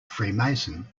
freemason